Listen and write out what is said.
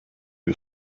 you